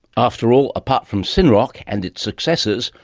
after all, apart from synroc and its successors,